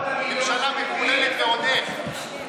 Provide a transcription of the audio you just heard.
ממשלה מקוללת ועוד איך.